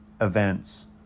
events